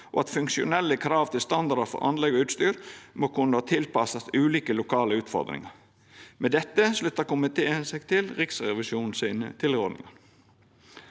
og at funksjonelle krav til standardar for anlegg og utstyr må kunna tilpassast ulike lokale utfordringar. Med dette sluttar komiteen seg til Riksrevisjonens tilrådingar.